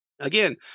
again